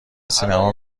سینما